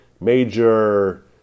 major